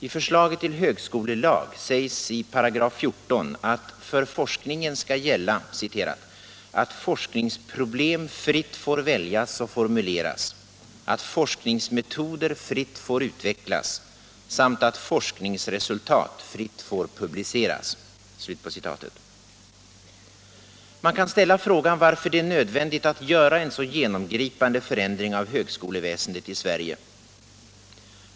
I förslaget till högskolelag sägs i 14 § att för forskningen skall gälla ”att forskningsproblem fritt får väljas och formuleras, att forskningsmetoder fritt får utvecklas samt att forskningsresultat fritt får publiceras”. Man kan ställa frågan varför det är nödvändigt att göra en så genomgripande förändring av högskoleväsendet i Sverige.